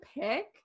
pick